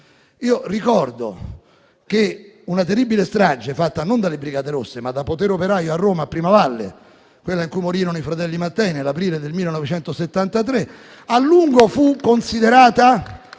Io ricordo che una terribile strage fatta non dalle brigate rosse, ma da Potere operaio a Roma a Primavalle, quella in cui morirono i fratelli Mattei nell'aprile del 1973, a lungo fu considerata